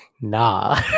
nah